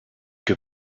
que